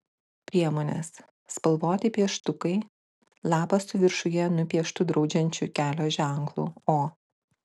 priemonės spalvoti pieštukai lapas su viršuje nupieštu draudžiančiu kelio ženklu o